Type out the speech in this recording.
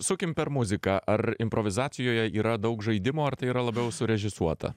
sukim per muziką ar improvizacijoje yra daug žaidimo ar tai yra labiau surežisuota